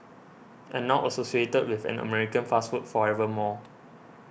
and now associated with an American fast food forever more